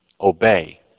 obey